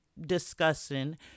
discussing